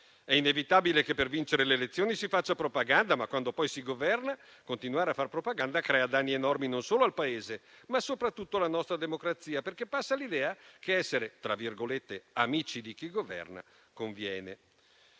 È inevitabile che, per vincere le elezioni, si faccia propaganda; ma, quando poi si governa, continuare a fare propaganda crea danni enormi non solo al Paese, ma soprattutto alla nostra democrazia, perché passa l'idea che essere "amici" di chi governa conviene.